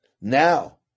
now